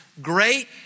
great